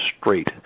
straight